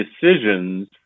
decisions